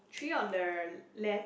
three on the left